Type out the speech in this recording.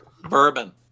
Bourbon